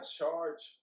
charge